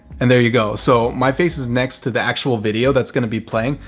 and there you go. so my face is next to the actual video that's going to be playing.